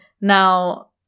now